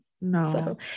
no